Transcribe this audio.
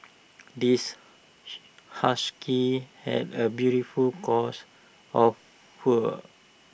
this husky has A beautiful coats of fur